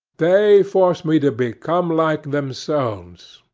they force me to become like themselves.